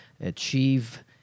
achieve –